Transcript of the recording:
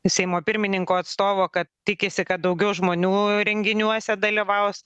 seimo pirmininko atstovo kad tikisi kad daugiau žmonių renginiuose dalyvaus